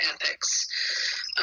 ethics